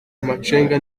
amacenga